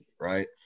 right